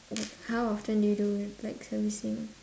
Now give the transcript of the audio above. how often do you do like servicing